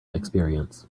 experience